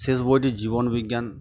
শেষ বইটি জীবনবিজ্ঞান